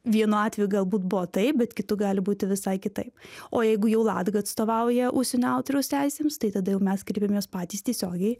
vienu atveju galbūt buvo taip bet kitu gali būti visai kitaip o jeigu jau latga atstovauja užsienio autoriaus teisėms tai tada jau mes kreipiamės patys tiesiogiai